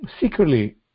Secretly